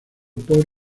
por